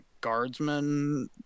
guardsmen